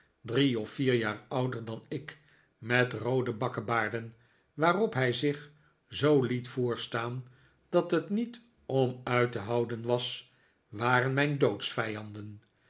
drie of vier jaar ouder dan ik met roode bakkebaarden waarop hij zich zoo liet voorstaan dat het niet om uit te houden was waren mijn